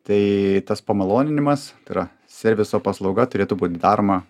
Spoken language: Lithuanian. tai tas pamaloninimas ti ra serviso paslauga turėtų būt daroma